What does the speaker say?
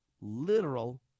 literal